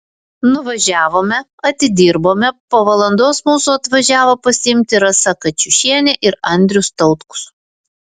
nuvažiavome atidirbome po valandos mūsų atvažiavo pasiimti rasa kačiušienė ir andrius tautkus